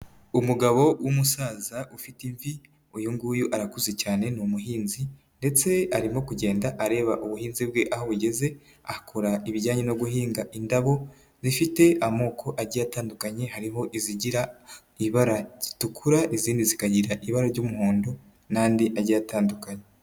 Umugabo w'umusaza ufite imvi, uyu nguyu arakuze cyane ni umuhinzi ndetse arimo kugenda areba ubuhinzi bwe aho bugeze, akora ibijyanye no guhinga indabo zifite amoko agiye atandukanye, hariho izigira ibara zitukura izindi zikagira ibara ry'umuhondo n'andi agiye atandukanye.